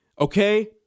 Okay